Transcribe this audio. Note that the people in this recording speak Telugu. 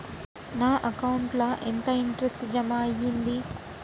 నా అకౌంట్ ల ఎంత ఇంట్రెస్ట్ జమ అయ్యింది?